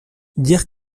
dire